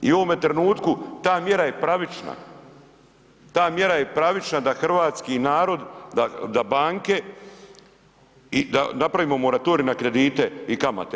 I u ovome trenutku ta mjera je pravična, ta mjera je pravična da hrvatski narod da banke i napravimo moratorij na kredite i kamate.